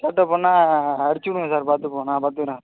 சேட்டை பண்ணால் அடிச்சிவிடுங்க சார் பார்த்துப்போம் நான் பார்த்துக்குறேன்